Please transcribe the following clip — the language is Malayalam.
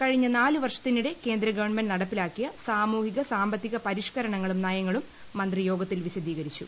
കഴിഞ്ഞ നാല് വർഷത്തിനിടെ കേന്ദ്രഗവൺമെന്റ് നടപ്പിലാക്കിയ സാമൂഹിക സാമ്പത്തിക പരിഷ്ക്കരണങ്ങളും നയങ്ങളും മന്ത്രി യോഗത്തിൽ വിശദീകരിച്ചു